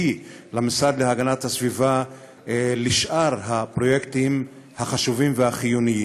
למשרד להגנת הסביבה לשאר הפרויקטים החשובים והחיוניים.